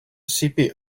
sippy